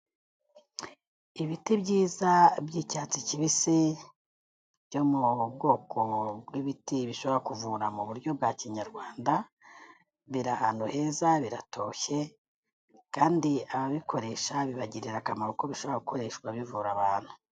Ibiti byiza by'icyatsi kibisi byo mu bwoko bw'ibiti bishobora kuvura mu buryo bwa kinyarwanda, biri ahantu heza, biratoshye kandi ababikoresha bibagirira akamaro kuko bishobora gukoreshwa bivura abantu.